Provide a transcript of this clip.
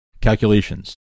calculations